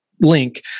link